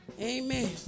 Amen